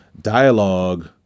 dialogue